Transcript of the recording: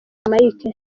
mike